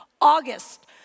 August